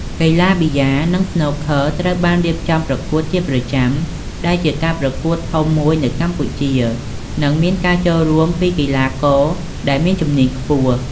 កីឡាប៊ីយ៉ា និងស្នូកឃ័រត្រូវបានរៀបចំការប្រកួតជាប្រចាំ ដែលជាការប្រកួតធំមួយនៅកម្ពុជា និងមានការចូលរួមពីកីឡាករដែលមានជំនាញខ្ពស់។